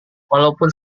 walaupun